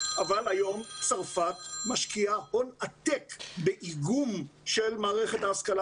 אבל היום צרפת משקיעה הון עתק באיגום של מערכת ההשכלה